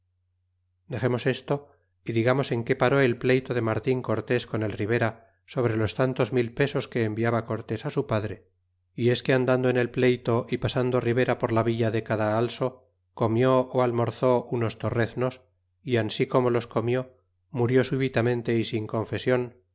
dexemos esto y digamos en qué paró el pleyto de martin cortés con el ribera sobre los tantos mil pesos que enviaba cortés fi su padre y es que andando en el pleyto y pasando ribera por la villa de cadahalso comió ó almorzó unos torreznos y ansi como los comió murió súbitamente y sin confesion